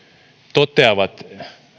toteavat